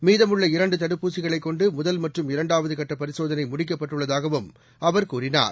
மீதமுள்ள இரண்டு தடுப்பூசிகளை கொண்டு முதல் மற்றும் இரண்டாவது கட்ட பரிசோதனை முடிக்கப்பட்டுள்ளதாகவும் அவர் கூறினார்